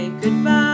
goodbye